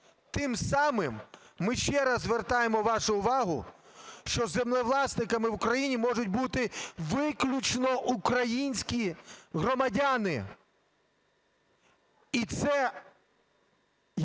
Тим самим ми ще раз звертаємо вашу увагу, що землевласниками в Україні можуть бути виключно українські громадяни, і це їх